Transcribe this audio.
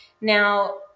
Now